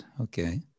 okay